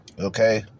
Okay